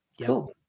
Cool